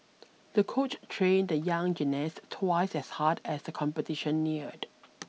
the coach trained the young gymnast twice as hard as the competition neared